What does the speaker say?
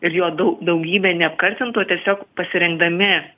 ir jo dau daugybė neapkartintų tiesiog pasirinkdami